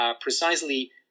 precisely